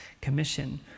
commission